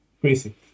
crazy